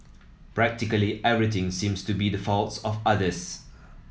practically everything seems to be the fault of others